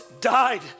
died